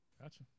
Gotcha